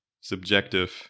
subjective